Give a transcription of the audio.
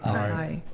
aye.